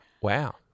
Wow